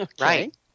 right